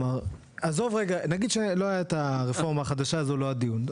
עזוב את הרפורמה החדשה זה לא הדיון.